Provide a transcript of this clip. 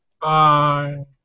Bye